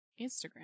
Instagram